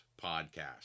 podcast